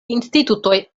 institutoj